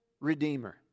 redeemer